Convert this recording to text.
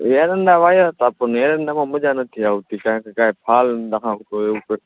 એરંડા વાવ્યા હતા પણ એરંડામાં મજા નથી આવતી કારણ કે કંઈ ફાલ ન આવતો હોય એવું